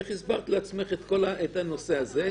איך הסברת לעצמך את הנושא הזה?